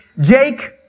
Jake